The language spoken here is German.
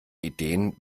ideen